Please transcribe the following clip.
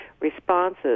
responses